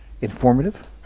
informative